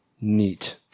neat